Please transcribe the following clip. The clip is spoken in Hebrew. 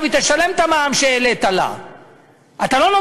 כפיים) אני רוצה לחזור על הדבר הבא: קנדה